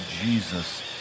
Jesus